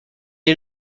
est